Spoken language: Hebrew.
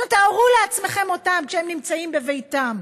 עכשיו, תארו לעצמכם אותם כשהם נמצאים בביתם: